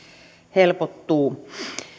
helpottuu